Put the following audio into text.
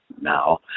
now